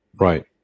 right